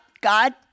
God